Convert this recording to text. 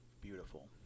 Beautiful